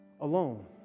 alone